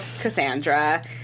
Cassandra